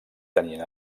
tenien